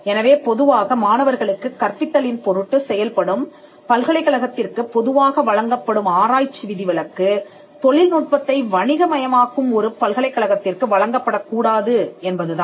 எனவே பொதுவாக மாணவர்களுக்குக் கற்பித்தலின் பொருட்டு செயல்படும் பல்கலைக்கழகத்திற்கு பொதுவாக வழங்கப்படும் ஆராய்ச்சி விதிவிலக்கு தொழில்நுட்பத்தை வணிக மயமாக்கும் ஒரு பல்கலைக்கழகத்திற்கு வழங்கப்படக்கூடாது என்பது தான்